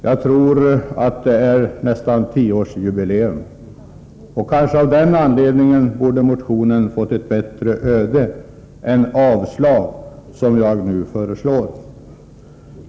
Jag tror att det är tioårsjubileum, och av den anledningen kanske motionen borde ha fått ett bättre öde än avslag, som jag nu föreslår.